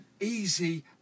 easy